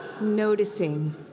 Noticing